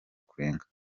kurenga